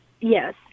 Yes